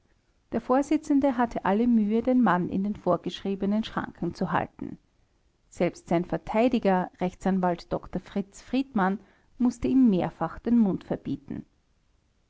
der vorsitzende hatte alle mühe den mann in den vorgeschriebenen nen schranken zu halten selbst sein verteidiger rechtsanwalt dr fritz friedmann mußte ihm mehrfach den mund verbieten